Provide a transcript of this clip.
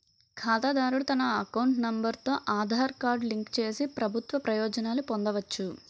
ఖాతాదారుడు తన account number తో ఆధార్ కార్డు లింక్ చేసి ప్రభుత్వ ప్రయోజనాలు పొందవచ్చు